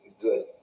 good